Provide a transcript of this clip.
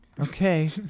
Okay